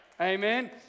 Amen